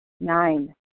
Nine